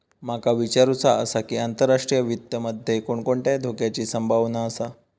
माका विचारुचा आसा की, आंतरराष्ट्रीय वित्त मध्ये कोणकोणत्या धोक्याची संभावना आसा?